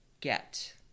get